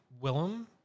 Willem